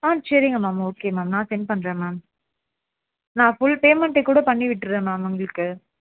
ஆ சரிங்க ma'am okay ma'am நான் send பண்ணுறேன் மேம் நான் ஃபுல் பேமெண்ட்டை கூட பண்ணி விட்டுறேன் மேம் உங்களுக்கு